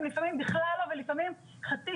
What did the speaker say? אני ממש מתרגשת שיש דבר כזה שנקרא ועדת בריאות.